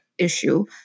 issue